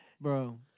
Bro